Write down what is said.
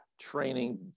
training